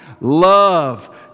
Love